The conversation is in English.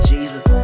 Jesus